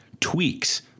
tweaks